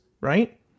right